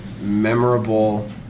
memorable